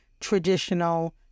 traditional